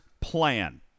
plan